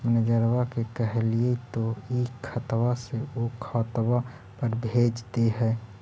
मैनेजरवा के कहलिऐ तौ ई खतवा से ऊ खातवा पर भेज देहै?